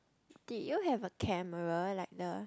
did you have a camera like the